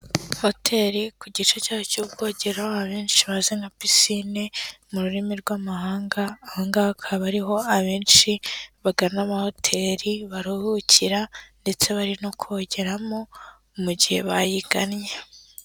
Hoteli ku gice cyayo cyubwogero abenshi bazi nka pisine mu rurimi rw'amahanga aha ngaha akaba ari ho abenshi bagana amahoteli baruhukira ndetse bari no kogeramo mu gihe bayigannye.